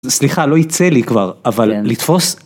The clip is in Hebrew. סליחה, לא ייצא לי כבר, אבל לתפוס...